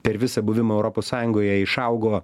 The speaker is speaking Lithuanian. per visą buvimą europos sąjungoje išaugo